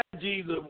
Jesus